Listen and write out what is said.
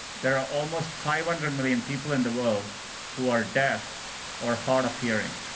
there are almost five hundred million people in the world who are deaf or hard of hearing.